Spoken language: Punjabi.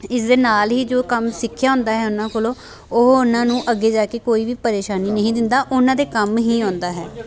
ਇਸਦੇ ਨਾਲ ਹੀ ਜੋ ਕੰਮ ਸਿੱਖਿਆ ਹੁੰਦਾ ਹੈ ਉਹਨਾਂ ਕੋਲੋਂ ਉਹ ਉਹਨਾਂ ਨੂੰ ਅੱਗੇ ਜਾ ਕੇ ਕੋਈ ਵੀ ਪਰੇਸ਼ਾਨੀ ਨਹੀਂ ਦਿੰਦਾ ਉਹਨਾਂ ਦੇ ਕੰਮ ਹੀ ਆਉਂਦਾ ਹੈ